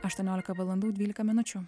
aštuoniolika valandų dvylika minučių